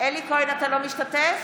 אינו משתתף